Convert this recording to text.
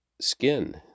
skin